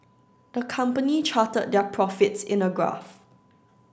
the company charted their profits in a graph